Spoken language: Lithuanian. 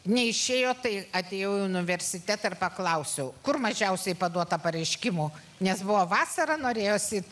neišėjo tai atėjau į universitetą ir paklausiau kur mažiausiai paduotą pareiškimų nes buvo vasara norėjosi